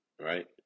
Right